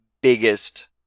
biggest